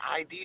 ID